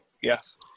yes